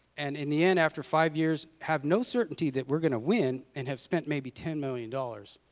and in the end after five years have no certainty that we are going to win and have spent maybe ten million dollars